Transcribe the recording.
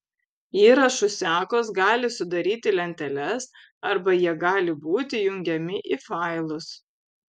įrašų sekos gali sudaryti lenteles arba jie gali būti jungiami į failus